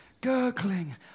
gurgling